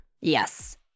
Yes